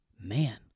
man